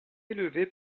élevé